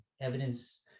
evidence